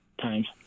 times